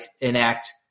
enact